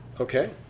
Okay